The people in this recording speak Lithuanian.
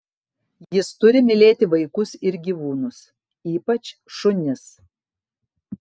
jis turi mylėti vaikus ir gyvūnus ypač šunis